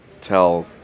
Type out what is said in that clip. tell